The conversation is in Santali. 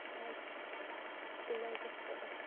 ᱟᱨ ᱤᱱᱟᱹᱜᱮ ᱛᱚᱵᱮ